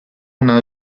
una